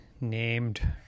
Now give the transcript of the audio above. named